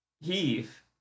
heave